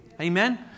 Amen